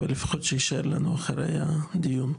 אבל לפחות שיישאר לנו אחרי הדיון,